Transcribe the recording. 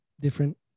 different